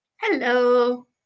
Hello